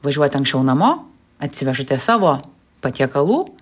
važiuojat anksčiau namo atsivežate savo patiekalų